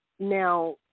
Now